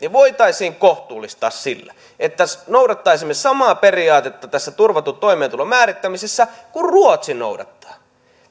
voitaisiin kohtuullistaa sillä että noudattaisimme samaa periaatetta tässä turvatun toimeentulon määrittämisessä kuin ruotsi noudattaa